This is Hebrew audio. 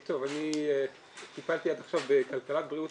שלא יהיה קל לשכפל אותם בלחיצת כפתור על מכונת שכפול וכלום לא קורה.